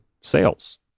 sales